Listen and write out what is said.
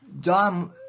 Dom